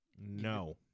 No